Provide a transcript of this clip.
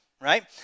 right